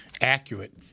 accurate